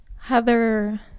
Heather